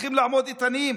צריכים לעמוד איתנים,